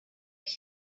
greg